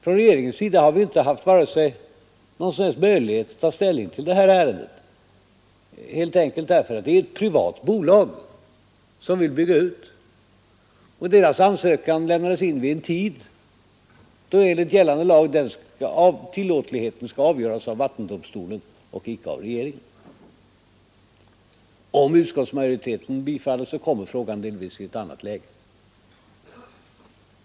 Men regeringen har inte haft någon som helst möjlighet att ta ställning till ärendet, helt enkelt därför att det är ett privat bolag som vill bygga ut och därför att bolagets ansökan lämnades in vid en tid då enligt gällande lag tillåtligheten skulle avgöras av vattendomstolen och icke av regeringen. Om utskottsmajoriteten bifaller propositionen, kommer frågan givetvis i ett annat läge.